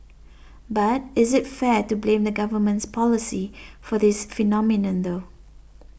but is it fair to blame the government's policy for this phenomenon though